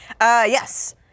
Yes